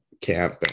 camp